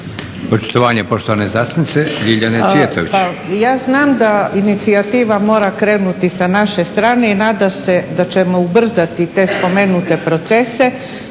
Cvjetović. **Cvjetović, Ljiljana (HSU)** Pa ja znam da inicijativa mora krenuti sa naše strane i nadam se da ćemo ubrzati te spomenute procese,